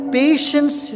patience